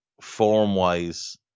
form-wise